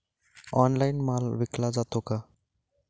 Online माल विकला जातो का?